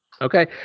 Okay